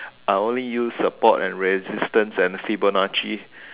I only use support and resistance and Fibonacci